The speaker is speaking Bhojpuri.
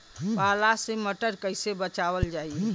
पाला से मटर कईसे बचावल जाई?